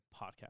podcast